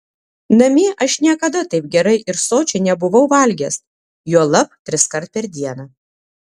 namie aš niekada taip gerai ir sočiai nebuvau valgęs juolab triskart per dieną